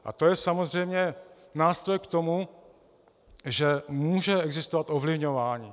A to je samozřejmě nástroj k tomu, že může existovat ovlivňování.